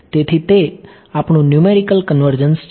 તેથી તે આપણું ન્યૂમેરિકલ કન્વર્જન્સ છે